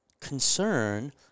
concern